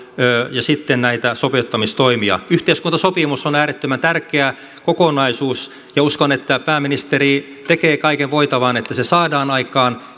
ja sitten näitä sopeuttamistoimia yhteiskuntasopimus on äärettömän tärkeä kokonaisuus ja uskon että pääministeri tekee kaiken voitavan että se saadaan aikaan